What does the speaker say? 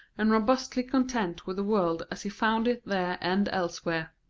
and robustly content with the world as he found it there and elsewhere.